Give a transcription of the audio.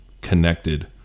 connected